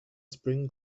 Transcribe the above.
spring